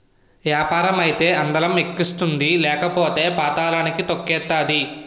యాపారం అయితే అందలం ఎక్కిస్తుంది లేకపోతే పాతళానికి తొక్కేతాది